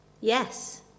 Yes